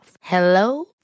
Hello